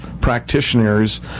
practitioners